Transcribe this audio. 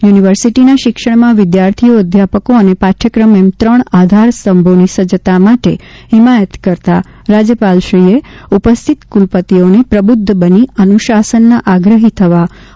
યુનિવર્સીટીના શિક્ષણમાં વિદ્યાર્થીઓ અધ્યાપકો અને પાઠયક્રમ એમ ત્રણ આધારસ્તંભોની સજજતા માટે હિમાયત કરતા રાજયપાલશ્રીએ ઉપસ્થિત કુલપતિઓને પ્રબુધ્ધ બની અનુશાસનના આગ્રહી થવા નુરોધ કર્યો હતો